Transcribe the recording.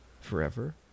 forever